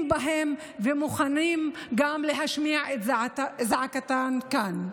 בהם ומוכנים גם להשמיע את זעקתם כאן.